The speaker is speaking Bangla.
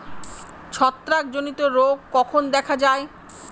ছত্রাক জনিত রোগ কখন দেখা য়ায়?